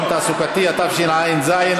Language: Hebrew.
חברת הכנסת עאידה תומא,